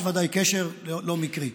יש ודאי קשר לא מקרי.